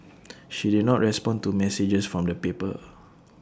she did not respond to messages from the paper